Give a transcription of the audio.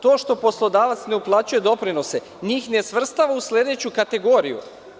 To što poslodavac ne uplaćuje doprinose, njih ne svrstava u sledeću kategoriju.